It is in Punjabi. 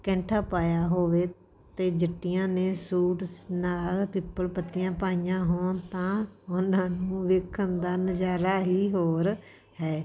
ਕੈਂਠਾ ਪਾਇਆ ਹੋਵੇ ਅਤੇ ਜੱਟੀਆਂ ਨੇ ਸੂਟ ਸ ਨਾਲ ਪਿੱਪਲ ਪੱਤੀਆਂ ਪਾਈਆਂ ਹੋਣ ਤਾਂ ਉਹਨਾਂ ਨੂੰ ਵੇਖਣ ਦਾ ਨਜ਼ਾਰਾ ਹੀ ਹੋਰ ਹੈ